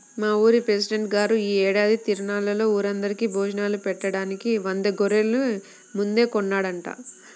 మా ఊరి పెసిడెంట్ గారు యీ ఏడాది తిరునాళ్ళలో ఊరందరికీ భోజనాలు బెట్టడానికి వంద గొర్రెల్ని ముందే కొన్నాడంట